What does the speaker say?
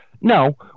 no